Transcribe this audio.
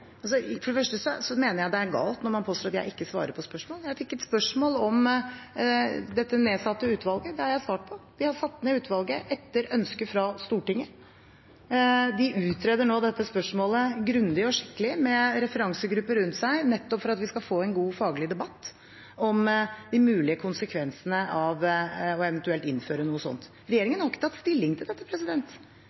For det første mener jeg det er galt når man påstår at jeg ikke svarer på spørsmål. Jeg fikk et spørsmål om dette nedsatte utvalget. Det har jeg svart på. Vi har satt ned utvalget etter ønske fra Stortinget. De utreder nå dette spørsmålet grundig og skikkelig med referansegrupper rundt seg, nettopp for at vi skal få en god faglig debatt om de mulige konsekvensene av eventuelt å innføre noe slikt. Regjeringen har ikke tatt stilling til dette,